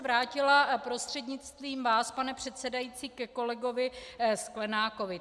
Vrátila bych se prostřednictvím vás, pane předsedající, ke kolegovi Sklenákovi.